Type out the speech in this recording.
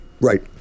Right